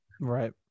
Right